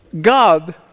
God